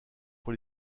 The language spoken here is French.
pour